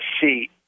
see